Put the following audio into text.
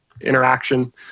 interaction